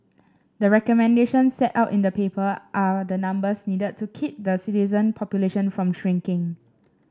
the recommendation set out in the paper are the numbers needed to keep the citizen population from shrinking